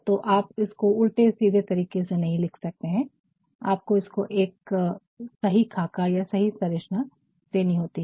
तो आप इसको उलटे सीधे तरीके से नहीं लिख सकते है आपको इसको एक सही खाका या सही संरचना देनी होती है